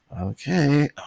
okay